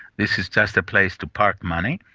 this is just a place to park money,